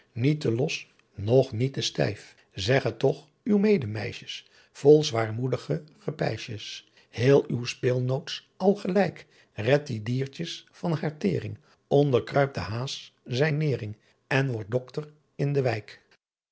niet te los noch niet te stijf zegh het toch uw medemeisjes vol zwaermoedige gepeisjes heel uw speelnoots al gelijk redt die diertjes van haer teering onderkruip den haas zijn neering en word docter in de wijk